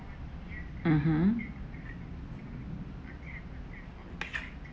mmhmm